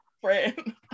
friend